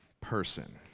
person